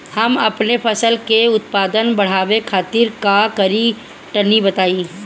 हम अपने फसल के उत्पादन बड़ावे खातिर का करी टनी बताई?